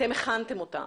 אתם הכנתם אותם.